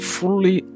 fully